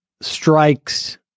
strikes